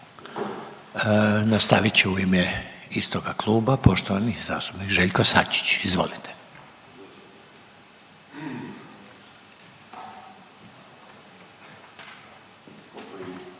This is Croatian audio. Nastavit će u ime istoga kluba poštovani zastupnik Željko Sačić. Izvolite.